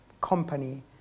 company